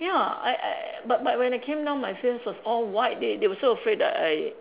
ya I I but but when I came down my face was all white they they were so afraid that I